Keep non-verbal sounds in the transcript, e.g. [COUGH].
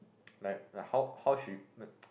[NOISE] like how how she [NOISE]